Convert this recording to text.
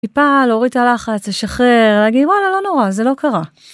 טיפה להוריד את הלחץ, לשחרר, להגיד וואלה, לא נורא, זה לא קרה.